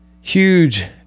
huge